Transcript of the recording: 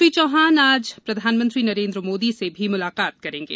श्री चौहान आज प्रधानमंत्री नरेन्द्र मोदी से भी मुलाकात करेंगे